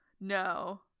no